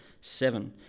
seven